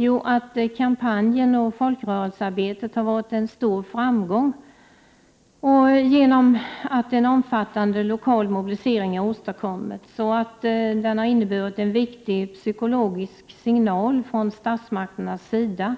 Jo, man säger att ”kampanjerna och folkrörelsearbetet har varit en stor framgång ——— genom att en omfattande lokal mobilisering har åstadkommits”. Man säger vidare att aktiviteterna har ”inneburit en viktig psykologisk signal från statsmakternas sida